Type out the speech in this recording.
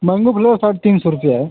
mango flavour साढ़े तीन सौ रुपये है